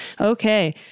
Okay